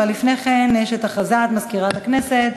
לפני כן יש הודעה למזכירת הכנסת.